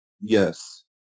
Yes